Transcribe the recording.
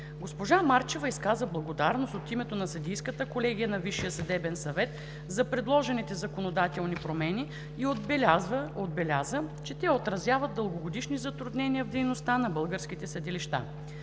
Госпожа Марчева изказа благодарност от името на съдийската колегия на Висшия съдебен съвет за предложените законодателни промени и отбеляза, че те отразяват дългогодишни затруднения в дейността на българските съдилища.